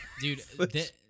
dude